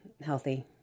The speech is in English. Healthy